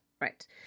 Right